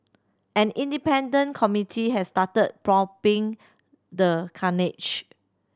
an independent committee has started probing the carnage